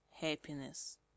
happiness